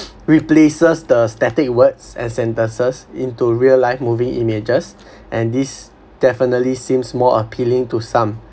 replaces the static words and sentences into real life moving images and this definitely seems more appealing to some